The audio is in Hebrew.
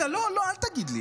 לא, לא, אל תגיד לי.